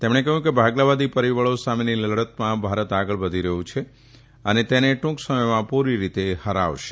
તેમણે કહ્યું કે ભાગલાવાદી પરિબળો સામેની લડતએ ભારત આગળ વધી રહ્યો છે અને તેને ટૂંક સમયમાં પૂરી રીતે હાર અપાશે